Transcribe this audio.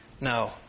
No